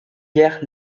guerre